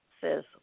says